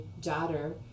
daughter